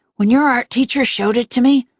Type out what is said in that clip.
when your art teacher showed it to me,